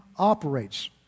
operates